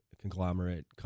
conglomerate